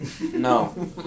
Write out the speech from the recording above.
no